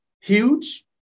huge